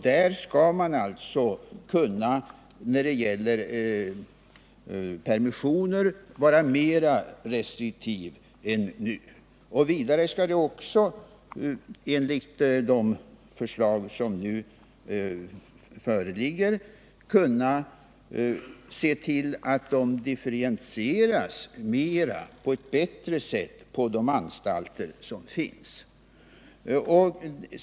Där skall man alltså, när det gäller permissioner, kunna vara mer restriktiv än nu. Vidare skall det, enligt de förslag som nu föreligger, vara möjligt att se till att de differentieras på ett bättre sätt på de anstalter som finns.